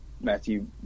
Matthew